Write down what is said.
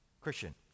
Christian